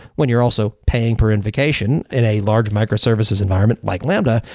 when you're also paying per invocation in a large microservices environment like lambda,